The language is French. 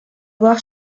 voir